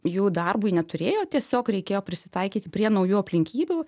jų darbui neturėjo tiesiog reikėjo prisitaikyti prie naujų aplinkybių